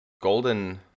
golden